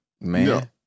Man